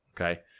Okay